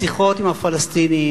השיחות עם הפלסטינים,